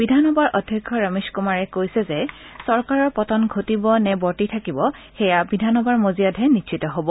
বিধানসভাৰ অধ্যক্ষ ৰমেশ কুমাৰে কৈছে চৰকাৰৰ পতন ঘটিব নে বৰ্তি থাকিব সেইয়া বিধানসভাৰ মজিয়াতহে নিশ্চিত হব